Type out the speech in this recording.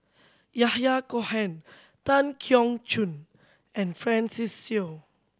Yahya Cohen Tan Keong Choon and Francis Seow